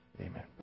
Amen